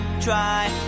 try